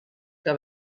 que